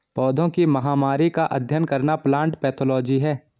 पौधों की महामारी का अध्ययन करना प्लांट पैथोलॉजी है